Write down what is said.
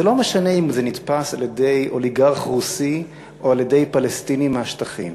זה לא משנה אם זה נתפס על-ידי אוליגרך רוסי או על-ידי פלסטיני מהשטחים.